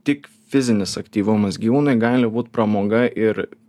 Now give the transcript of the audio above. tik fizinis aktyvumas gyvūnui gali būt pramoga ir